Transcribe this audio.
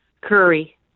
Curry